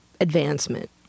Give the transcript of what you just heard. advancement